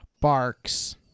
barks